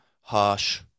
harsh